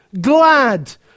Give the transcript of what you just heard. Glad